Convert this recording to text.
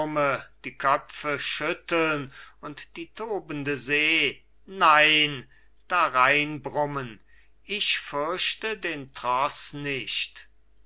die köpfe schütteln und die tobende see nein dareinbrummen ich fürchte den troß nicht